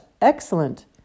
Excellent